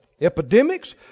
epidemics